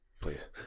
Please